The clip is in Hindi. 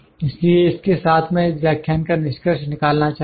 इसलिए इस के साथ मैं इस व्याख्यान का निष्कर्ष निकालना चाहूँगा